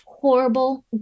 horrible